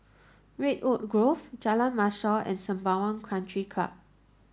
Redwood Grove Jalan Mashor and Sembawang Country Club